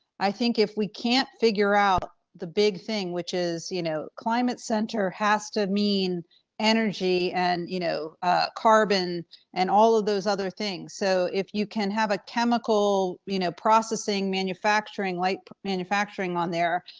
i think if we can't figure out the big thing, which is, you know, climate center has to mean energy and you know ah carbon and all of those other things. so, if you can have a chemical you know processing manufacturing like manufacturing on there,